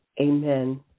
Amen